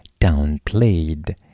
downplayed